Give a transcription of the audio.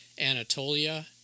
Anatolia